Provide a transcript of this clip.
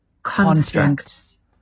constructs